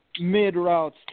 mid-routes